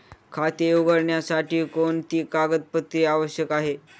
खाते उघडण्यासाठी कोणती कागदपत्रे आवश्यक आहे?